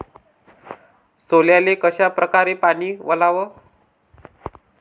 सोल्याले कशा परकारे पानी वलाव?